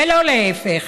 ולא להפך.